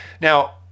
Now